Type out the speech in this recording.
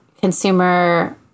consumer